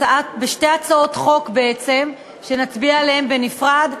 בשתי הצעות חוק, בעצם, שנצביע עליהן בנפרד,